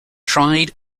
tried